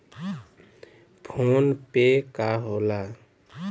PhonePe का होला?